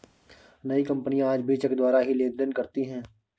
कई कपनियाँ आज भी चेक द्वारा ही लेन देन करती हैं